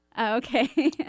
Okay